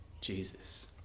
Jesus